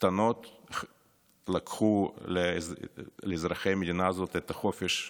קטנות לקחו לאזרחי המדינה הזאת את החופש בחזרה.